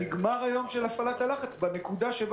אבל נגמר היום של הפעלת הלחץ בנקודה שבה